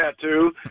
tattoo